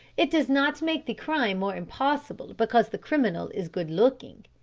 it does not make the crime more impossible because the criminal is good looking.